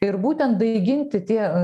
ir būtent daiginti tie